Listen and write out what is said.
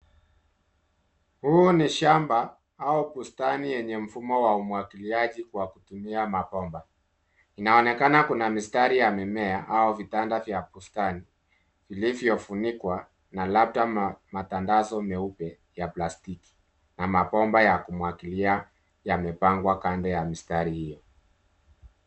Huu ni shamba au bustani yenye mfumo wa umwagiliaji wa kutumia mabomba. Inaonekana kuna mistari ya mimea au vitanda vya bustani vilivyofunikwa na labda matandazo meupe ya plastiki na mabomba ya kumwagilia yamepangwa kando ya mistari hiyo.